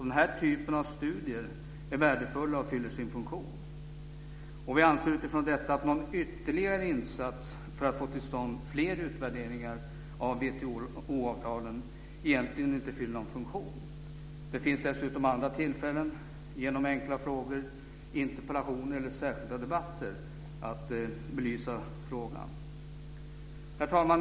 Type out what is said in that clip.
Den här typen av studier är värdefulla och fyller sin funktion. Vi anser utifrån detta att ytterligare insatser för att få till stånd fler utvärderingar av WTO-avtalen egentligen inte fyller någon funktion. Det finns dessutom andra tillfällen - genom enkla frågor, interpellationer eller särskilda debatter - att belysa frågan. Herr talman!